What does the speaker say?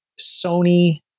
sony